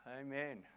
Amen